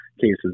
cases